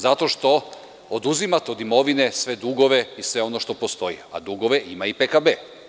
Zato što oduzimate od imovine sve dugove i sve ono što postoji, a dugove ima i PKB.